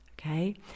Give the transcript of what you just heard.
Okay